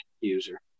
user